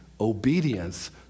obedience